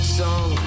song